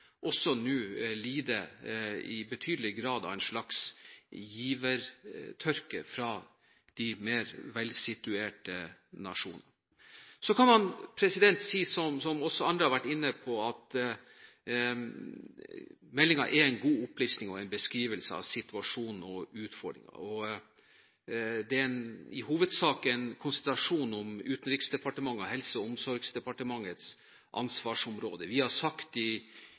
nå i betydelig grad lider av en slags givertørke fra de mer velsituerte nasjonene. Så kan man si, som også andre har vært inne på, at meldingen er en god opplisting og en beskrivelse av situasjonen og av utfordringer. Det er i hovedsak en konsentrasjon om Utenriksdepartementet og Helse- og omsorgsdepartementets ansvarsområde. Vi har fra Høyres side sagt i